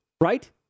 right